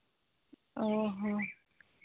ᱚ ᱦᱚᱸ